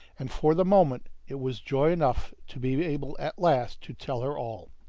and for the moment it was joy enough to be able at last to tell her all.